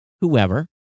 whoever